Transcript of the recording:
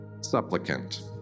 Supplicant